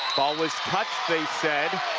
ball was touched, they said.